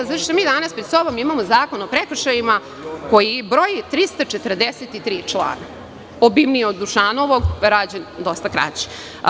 Zato što mi danas pred sobom imamo Zakon o prekršajima koji broji 343 člana, obimniji je od Dušanovog a rađen dosta kraće.